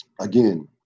again